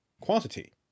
quantity